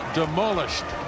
demolished